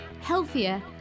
healthier